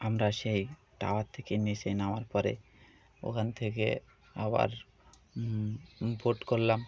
আমরা সেই টাওয়ার থেকে মসে নামার পরে ওখান থেকে আবার ভোগ মুখস্ত ট করলাম